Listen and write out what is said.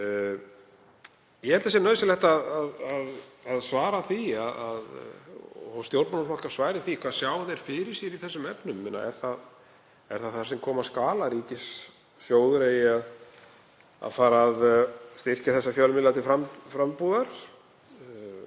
Ég held að það sé nauðsynlegt að svara því, að stjórnmálaflokkar svari því. Hvað sjá þeir fyrir sér í þessum efnum? Er það það sem koma skal, að ríkissjóður eigi að fara að styrkja þessa fjölmiðla til frambúðar?